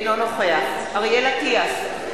אינו נוכח אריאל אטיאס,